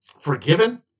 Forgiven